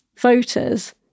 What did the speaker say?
voters